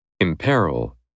Imperil